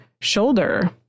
shoulder